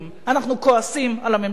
אנחנו כועסים על הממשלה.